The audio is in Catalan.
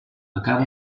acaba